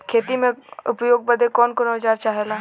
खेती में उपयोग बदे कौन कौन औजार चाहेला?